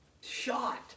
shot